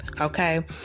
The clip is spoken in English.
Okay